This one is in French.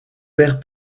père